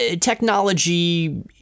technology